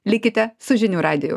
likite su žinių radiju